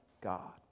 God